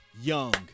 Young